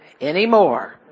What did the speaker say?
anymore